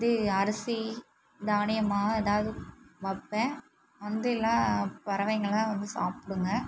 அரிசி தானியமாக எதாவது வைப்பேன் வந்து எல்லா பறவைங்கலாம் வந்து சாப்பிடுங்க